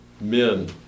men